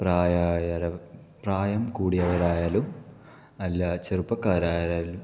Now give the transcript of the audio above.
പ്രായമായാലും പ്രായം കൂടിയവരായാലും അല്ല ചെറുപ്പക്കാരായാലും